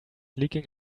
leaking